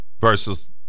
versus